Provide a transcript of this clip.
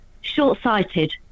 short-sighted